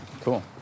Cool